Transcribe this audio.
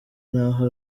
naho